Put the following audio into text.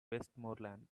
westmoreland